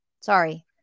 Sorry